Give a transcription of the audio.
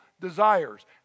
desires